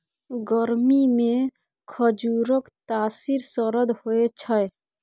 गरमीमे खजुरक तासीर सरद होए छै